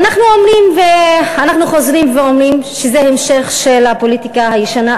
אנחנו חוזרים ואומרים שזה המשך של הפוליטיקה הישנה,